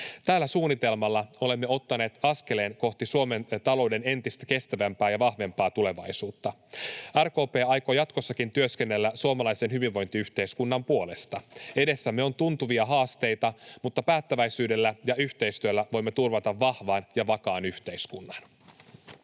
Tällä suunnitelmalla olemme ottaneet askeleen kohti Suomen talouden entistä kestävämpää ja vahvempaa tulevaisuutta. RKP aikoo jatkossakin työskennellä suomalaisen hyvinvointiyhteiskunnan puolesta. Edessämme on tuntuvia haasteita, mutta päättäväisyydellä ja yhteistyöllä voimme turvata vahvan ja vakaan yhteiskunnan.